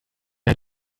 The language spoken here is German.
hat